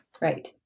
Right